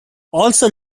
also